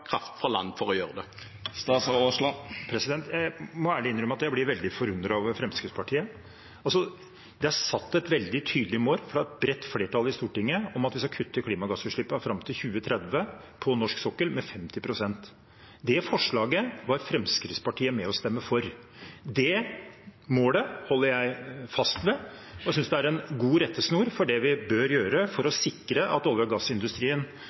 jeg blir veldig forundret over Fremskrittspartiet. Det er satt et veldig tydelig mål av et bredt flertall i Stortinget om at vi skal kutte klimagassutslippene på norsk sokkel med 50 pst fram til 2030. Det forslaget var Fremskrittspartiet med å stemme for. Det målet holder jeg fast ved, og jeg synes det er en god rettesnor for det vi bør gjøre for å sikre at olje- og gassindustrien